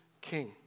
King